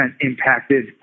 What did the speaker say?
impacted